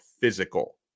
physical